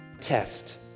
Test